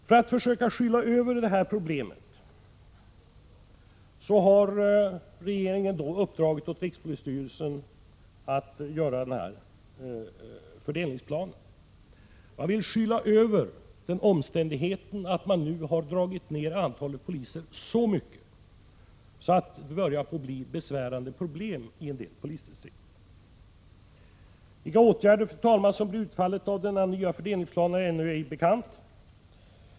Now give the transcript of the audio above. För att försöka skyla över detta problem har regeringen uppdragit åt rikspolisstyrelsen att göra en ny fördelningsplan. Regeringen vill skyla över den omständigheten att man nu har minskat antalet poliser så kraftigt att det börjar bli ett besvärande problem i en del polisdistrikt. Vilka åtgärder som blir utfallet av denna nya fördelningsplan är ännu ej bekant.